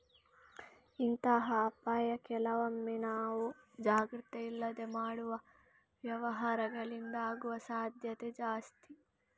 ಇಂತಹ ಅಪಾಯ ಕೆಲವೊಮ್ಮೆ ನಾವು ಜಾಗ್ರತೆ ಇಲ್ಲದೆ ಮಾಡುವ ವ್ಯವಹಾರಗಳಿಂದ ಆಗುವ ಸಾಧ್ಯತೆ ಜಾಸ್ತಿ